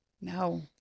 no